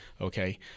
Okay